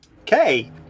Okay